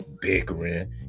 bickering